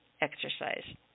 exercise